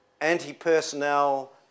anti-personnel